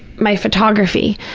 my photography,